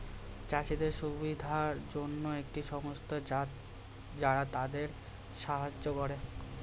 চাষীদের সুবিধার জন্যে একটি সংস্থা যারা তাদের সাহায্য করে